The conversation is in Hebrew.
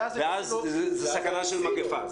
ואז זו סכנה של מגפה.